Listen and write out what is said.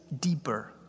deeper